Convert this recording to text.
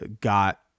got –